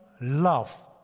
love